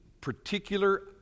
particular